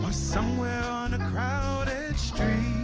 but somewhere on a crowded street.